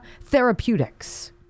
Therapeutics